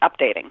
updating